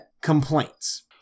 complaints